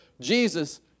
Jesus